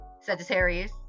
Sagittarius